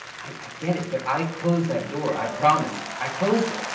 i i get it. but, i closed that door. i promise. i closed it.